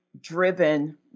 driven